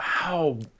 Wow